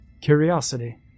Curiosity